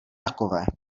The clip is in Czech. takové